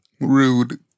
Rude